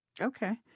Okay